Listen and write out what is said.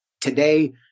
today